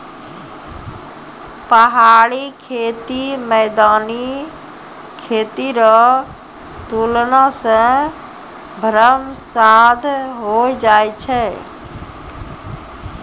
पहाड़ी खेती मैदानी खेती रो तुलना मे श्रम साध होय जाय छै